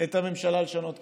את הממשלה לשנות כיוון.